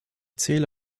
zähle